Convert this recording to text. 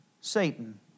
Satan